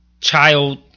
child